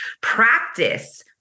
practice